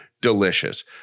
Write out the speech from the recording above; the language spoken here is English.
delicious